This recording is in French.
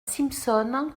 simpson